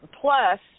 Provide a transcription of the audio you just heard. Plus